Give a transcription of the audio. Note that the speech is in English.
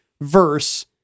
verse